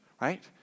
right